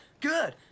good